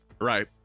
Right